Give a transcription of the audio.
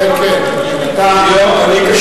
ימשיכו לגדול כשאתם מקפיאים את ההתיישבות?